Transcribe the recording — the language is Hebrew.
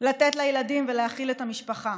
לתת לילדים ולהאכיל את המשפחה.